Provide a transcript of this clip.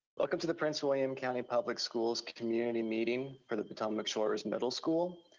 welcome to the prince william county public schools community meeting for the potomac shores middle school.